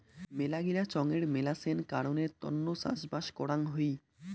মেলাগিলা চঙের মেলাছেন কারণের তন্ন চাষবাস করাং হই